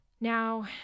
Now